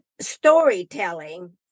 storytelling